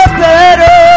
better